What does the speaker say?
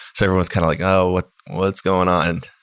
so everyone's kind of like, oh, what's what's going on?